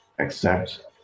accept